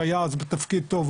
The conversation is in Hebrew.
שהיה אז בתפקיד טוב,